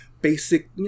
basic